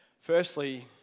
Firstly